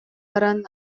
баран